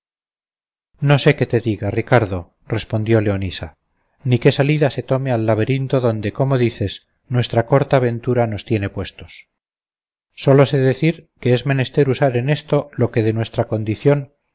no sé qué te diga ricardo replicó leonisa ni qué salida se tome al laberinto donde como dices nuestra corta ventura nos tiene puestos sólo sé decir que es menester usar en esto lo que de nuestra condición